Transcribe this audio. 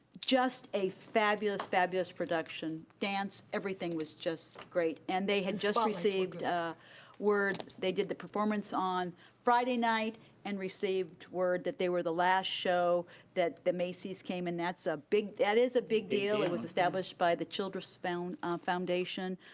just a fabulous, fabulous production. dance, everything was just great, and they had just received word, they did the performance on friday night and received word that they were the last show that the macys came and that's a big, that is a big deal, it was established by the childress foundation.